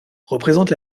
représente